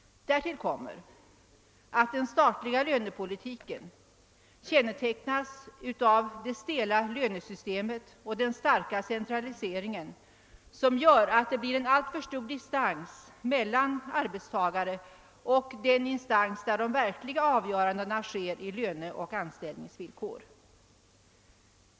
Därtill kommer att den statliga lönepolitiken kännetecknas av det stelbenta lönesystemet och den starka centraliseringen, som gör att det blir en alltför stor distans mellan arbetstagarna och den instans där de verkliga avgörandena om löneoch anställningsvillkor träffas.